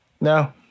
No